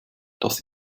das